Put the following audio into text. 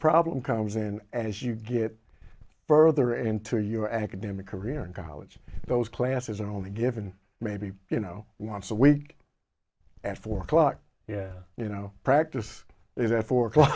problem comes in and as you get further into your academic career in college those classes are only given maybe you know once a week at four o'clock yeah you know practice it at four o'clock